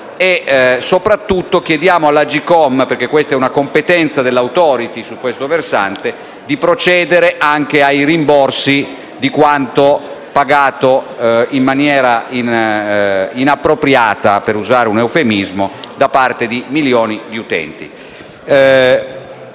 Soprattutto, chiediamo all'Agcom - è una competenza dell'*Authority* su questo versante - di procedere anche ai rimborsi di quanto pagato in maniera inappropriata - per usare un eufemismo - da parte di milioni di utenti.